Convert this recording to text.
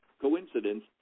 coincidence